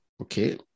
okay